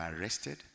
arrested